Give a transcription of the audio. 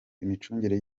imicungire